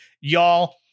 Y'all